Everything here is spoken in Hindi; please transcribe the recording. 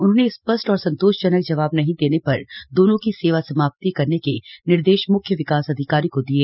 उन्होंने स्पष्ट और संतोषजनक जवाब नहीं देने पर दोनों की सेवा समाप्ति करने के निर्देश मुख्य विकास अधिकारी को दिए